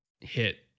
hit